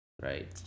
right